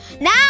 Now